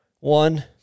One